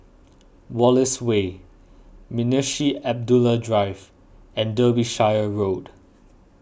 Wallace Way Munshi Abdullah Walk and Derbyshire Road